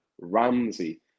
Ramsey